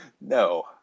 No